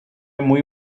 muy